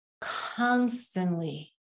constantly